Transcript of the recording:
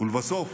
לבסוף